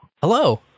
Hello